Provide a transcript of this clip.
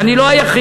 ואני לא היחיד,